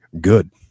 good